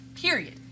Period